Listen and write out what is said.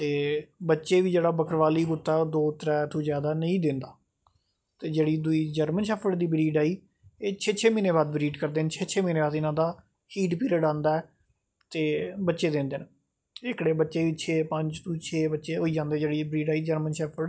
ते बच्चे बी जेह्ड़ा बक्करवाली कुत्ता ऐ ओह् दो त्रै तो जादा नेंई दिंदा ते जेह्ड़ी दूई जर्मन शैफड़ दी ब्रीड आई एह् छे छे महीनैं बाद ब्रीड करदे न छे छे महीनैं बाद इनां दा हीट पिर्ड़ आंदा ऐ ते बच्चे दिंदे न एह्कड़ी दे पंज छे बच्चे होई जंदे जेह्ड़ी जर्मन शैफड़ ते